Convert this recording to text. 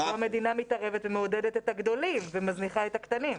פה המדינה מתערבת ומעודדת את הגדולים ומזניחה את הקטנים.